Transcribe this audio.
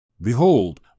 Behold